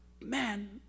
man